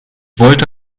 wollte